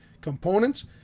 components